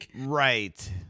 Right